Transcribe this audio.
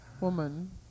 woman